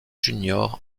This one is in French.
junior